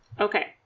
okay